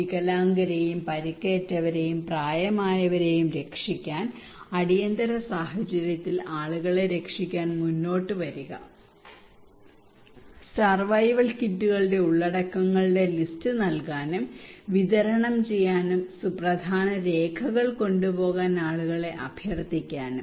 വികലാംഗരെയും പരിക്കേറ്റവരെയും പ്രായമായവരെയും രക്ഷിക്കാൻ അടിയന്തിര സാഹചര്യങ്ങളിൽ ആളുകളെ രക്ഷിക്കാൻ മുന്നോട്ട് വരിക സർവൈവൽ കിറ്റുകളുടെ ഉള്ളടക്കങ്ങളുടെ ലിസ്റ്റ് നൽകാനും വിതരണം ചെയ്യാനും സുപ്രധാന രേഖകൾ കൊണ്ടുപോകാൻ ആളുകളെ അഭ്യർത്ഥിക്കാനും